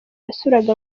yasuraga